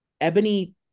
Ebony